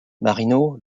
marino